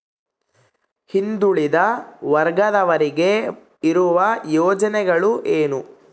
ಹಿಂದುಳಿದ ವರ್ಗದವರಿಗೆ ಇರುವ ಯೋಜನೆಗಳು ಏನು?